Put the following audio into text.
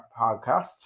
podcast